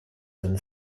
than